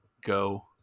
go